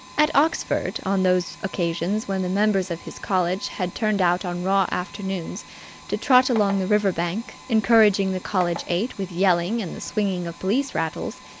at oxford, on those occasions when the members of his college had turned out on raw afternoons to trot along the river-bank encouraging the college eight with yelling and the swinging of police-rattles,